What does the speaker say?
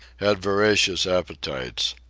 had voracious appetites.